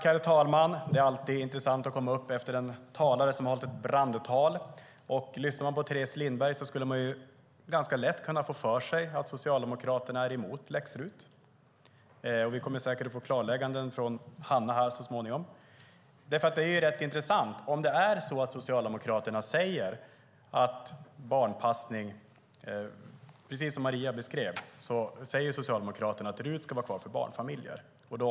Herr talman! Det är alltid intressant att komma upp i talarstolen efter en talare som har hållit ett brandtal. Om man lyssnar på Teres Lindberg skulle man lätt kunna få för sig att Socialdemokraterna är emot läx-RUT. Vi kommer säkert att få klargöranden från Hanna så småningom. Socialdemokraterna säger, vilket Maria beskrev, att RUT ska finnas kvar för barnfamiljer.